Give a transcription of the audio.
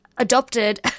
adopted